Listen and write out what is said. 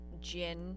gin